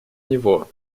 него